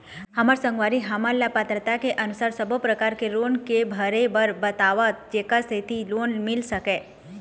हमर संगवारी हमन ला पात्रता के अनुसार सब्बो प्रकार के लोन के भरे बर बताव जेकर सेंथी लोन मिल सकाए?